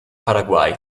paraguay